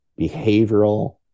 behavioral